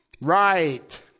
Right